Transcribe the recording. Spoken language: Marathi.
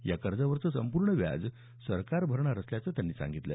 या कर्जावरचं संपूर्ण व्याज सरकार भरणार असल्याचंही त्यांनी सांगितलं